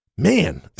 Man